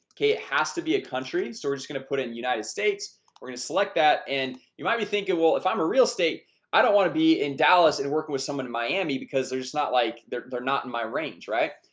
ok. it has to be a country so we're just gonna put in the united states we're gonna select that and you might be thinking well if i'm a real estate i don't want to be in dallas and working with someone in miami because there's not like they're they're not in my range, right?